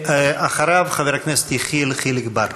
אחריו, חבר הכנסת יחיאל חיליק בר.